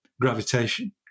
gravitation